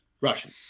Russian